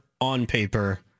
on-paper